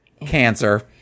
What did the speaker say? Cancer